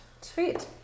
Sweet